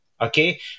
okay